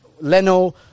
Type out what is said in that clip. Leno